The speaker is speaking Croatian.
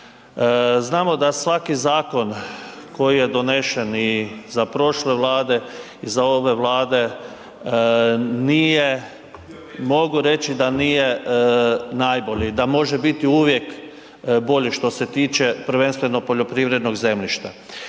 Znamo da svaki zakon koji je donesen i za prošle Vlade i za ove Vlade nije, mogu reći da nije najbolji, da može biti uvijek što se tiče prvenstveno poljoprivrednog zemljišta.